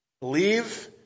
Believe